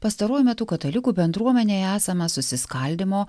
pastaruoju metu katalikų bendruomenėje esama susiskaldymo